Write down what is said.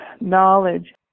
knowledge